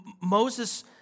Moses